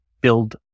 build